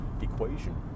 equation